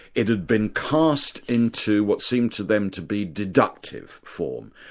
it had been cast into what seemed to them to be deductive form,